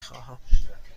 خواهم